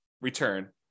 return